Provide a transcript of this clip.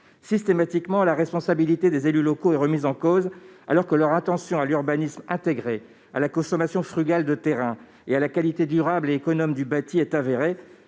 Systématiquement, la responsabilité des élus locaux est remise en cause, alors que leur sensibilité aux questions de l'urbanisme intégré, de la consommation frugale des terrains, et de la qualité durable et économe du bâti est avérée.